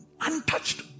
untouched